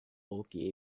bulky